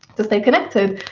to stay connected,